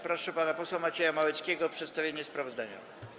Proszę pana posła Macieja Małeckiego o przedstawienie sprawozdania.